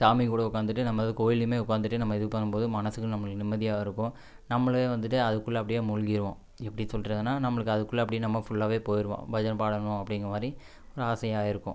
சாமி கூட உட்காந்துட்டு நம்ம இது கோயில்லையுமே உட்காந்துட்டு நம்ம இது பண்ணும்போது மனசுக்கு நம்மளுக்கு நிம்மதியாகவும் இருக்கும் நம்மளே வந்துட்டு அதுக்குள்ளே அப்படியே மூழ்கிருவோம் எப்படி சொல்கிறதுன்னா நம்மளுக்கு அதுக்குள்ள அப்டி நம்ம ஃபுல்லாவே போயிடுவோம் பஜனை பாடணும் அப்படிங்க மாதிரி ஒரு ஆசையாக இருக்கும்